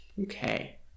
Okay